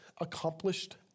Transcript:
accomplished